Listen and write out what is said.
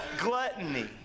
gluttony